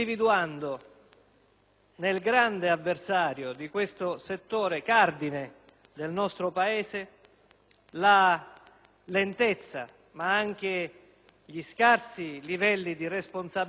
nel grande avversario di questo settore cardine del nostro Paese la lentezza, ma anche gli scarsi livelli di responsabilizzazione